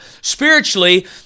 spiritually